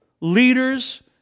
leaders